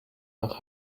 nach